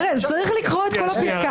ארז, צריך לקרוא את כל הפסקה.